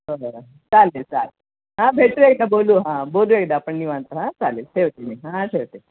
हो हो हो चालेल चालेल हां भेटू एकदा बोलू हां बोलू एकदा आपण निवांत हां चालेल ठेवते मी हां हां ठेवते